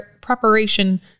preparation